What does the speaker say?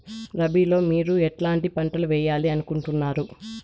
రబిలో మీరు ఎట్లాంటి పంటలు వేయాలి అనుకుంటున్నారు?